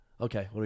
Okay